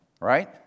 right